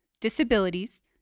disabilities